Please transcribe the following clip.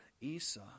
Esau